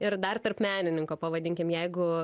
ir dar tarp menininko pavadinkim jeigu